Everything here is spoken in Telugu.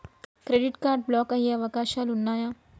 క్రెడిట్ కార్డ్ బ్లాక్ అయ్యే అవకాశాలు ఉన్నయా?